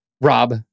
rob